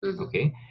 okay